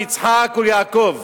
ליצחק וליעקב,